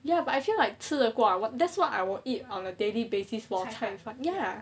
ya but I feel like 吃的话 that's what I will eat on a daily basis for 菜饭 ya